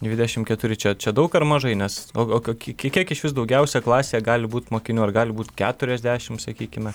dvidešim keturi čia čia daug ar mažai nes o o kiek išvis daugiausia klasėje gali būt mokinių ar gali būt keturiasdešim sakykime